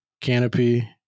Canopy